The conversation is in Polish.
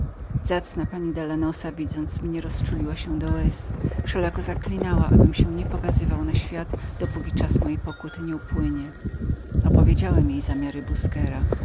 zacna pani dalanosa widząc mnie rozczuliła się do łez wszelako zaklinała mnie abym się nie pokazywał na świat dopóki czas mojej pokuty nie upłynie opowiedziałem jej zamiary busquera